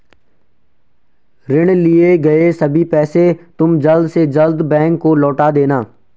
ऋण लिए गए सभी पैसे तुम जल्द से जल्द बैंक को लौटा देना